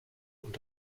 und